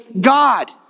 God